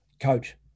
Coach